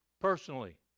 personally